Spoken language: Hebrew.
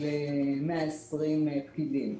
של 120 פקידים.